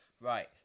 Right